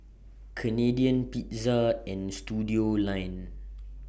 Canadian Pizza and Studioline